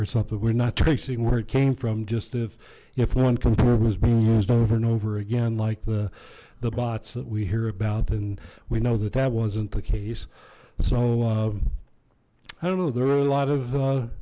or something we're not tracing where it came from just if if one computer was being used over and over again like the the bots that we hear about and we know that that wasn't the case so i don't know there are a lot of